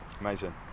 amazing